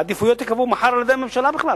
העדיפויות ייקבעו מחר על-ידי הממשלה בכלל,